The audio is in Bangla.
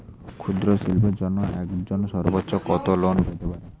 ক্ষুদ্রশিল্পের জন্য একজন সর্বোচ্চ কত লোন পেতে পারে?